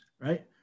right